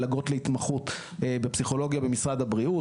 המלגות להתמחות בפסיכולוגיה במשרד הבריאות.